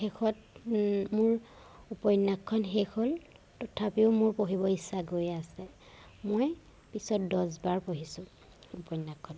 শেষত মোৰ উপন্যাসখন শেষ হ'ল তথাপিও মোৰ পঢ়িব ইচ্ছা গৈয়ে আছে মই পিছত দহবাৰ পঢ়িছোঁ উপন্যাসখন